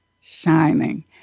shining